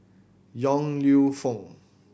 Yong Lew Foong